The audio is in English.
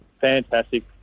fantastic